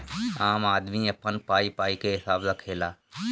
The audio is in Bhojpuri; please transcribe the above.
आम आदमी अपन पाई पाई के हिसाब रखेला